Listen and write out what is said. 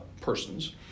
persons